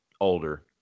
older